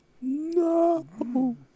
No